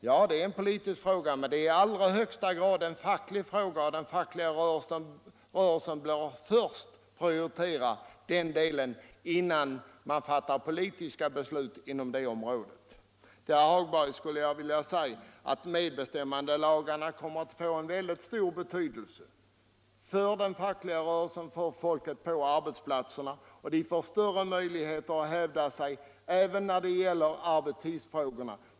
Ja, det är en politisk fråga, men det är också i allra högsta grad en facklig fråga, och den fackliga rörelsen bör prioritera denna del, innan man fattar politiska beslut inom det området. Till herr Hagberg i Borlänge vill jag säga att medbestämmandelagarna kommer att få en väldigt stor betydelse för den fackliga rörelsen, för folket på arbetsplatserna. Man får större möjligheter att hävda sig även när det gäller arbetstidsfrågorna.